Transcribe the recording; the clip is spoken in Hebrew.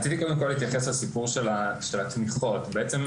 רציתי קודם כל להתייחס לסיפור של התמיכות: בעצם,